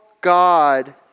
God